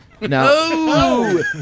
No